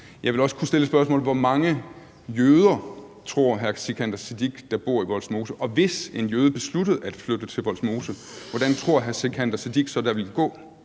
Jeg ville også kunne stille et spørgsmål om, hvor mange jøder hr. Sikandar Siddique tror der bor i Vollsmose. Og hvis en jøde besluttede at flytte til Vollsmose, hvordan tror hr. Sikandar Siddique så, det ville gå